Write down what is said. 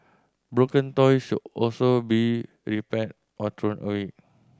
broken toys should also be repaired or thrown away